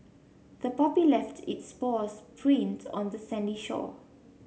the puppy left its paws prints on the sandy shore